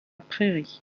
prairie